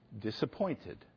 disappointed